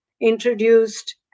introduced